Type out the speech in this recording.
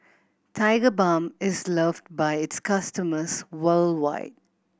Tigerbalm is loved by its customers worldwide